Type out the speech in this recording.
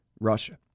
Russia